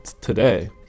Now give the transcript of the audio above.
today